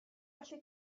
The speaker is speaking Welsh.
gallu